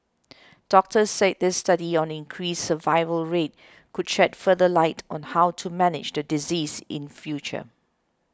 doctors said this study on increased survival rate could shed further light on how to manage the disease in future